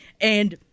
And-